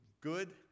good